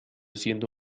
siendo